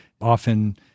often